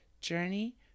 journey